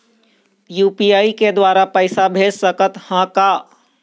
UPI के द्वारा पैसा भेज सकत ह का?